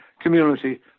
community